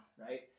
right